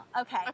Okay